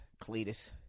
Cletus